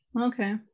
okay